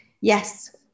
Yes